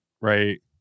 right